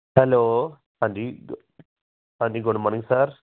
hello ਹਾਂਜੀ ਹਾਂਜੀ good morning sir